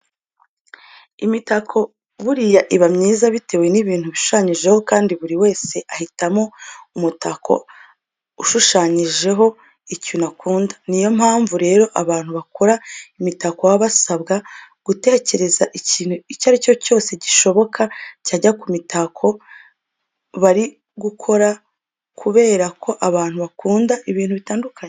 Imitako buriya iba myiza bitewe n'ibintu bishushanyijeho kandi buri wese ahitamo umutako ushushanyijeho ikintu akunda. Niyo mpamvu rero abantu bakora imitako baba basabwa gutekereza ikintu icyo ari cyo cyose gishoboka cyajya ku mitako bari gukora kubera ko abantu bakunda ibintu bitandukanye.